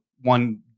one